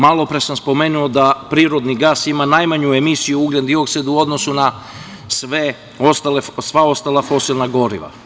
Malopre sam spomenuo da prirodni gas ima najmanju emisiju ugljendioksida u odnosu na sva ostala fosilna goriva.